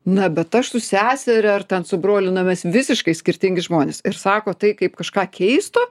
na bet aš su seseria ar ten su broliu na mes visiškai skirtingi žmonės ir sako tai kaip kažką keisto